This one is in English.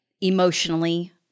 emotionally